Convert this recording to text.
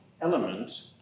element